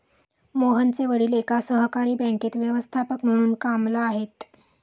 मोहनचे वडील एका सहकारी बँकेत व्यवस्थापक म्हणून कामला आहेत